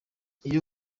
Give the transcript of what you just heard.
iyo